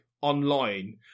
online